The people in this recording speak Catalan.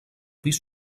pis